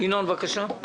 ינון אזולאי, בבקשה.